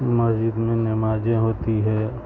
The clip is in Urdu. مسجد میں نمازیں ہوتی ہے